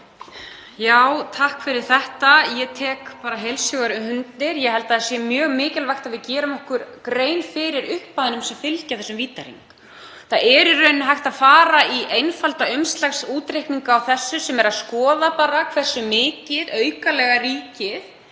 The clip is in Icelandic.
Já, takk fyrir þetta. Ég tek bara heils hugar undir. Ég held að það sé mjög mikilvægt að við gerum okkur grein fyrir upphæðunum sem fylgja þessum vítahring. Það er í rauninni hægt að fara í einfalda umslagsútreikninga á þessu. Það er að skoða hversu miklu ríkið